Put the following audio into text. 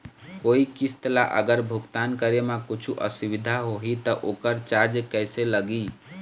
कोई किस्त ला अगर भुगतान करे म कुछू असुविधा होही त ओकर चार्ज कैसे लगी?